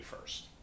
first